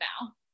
now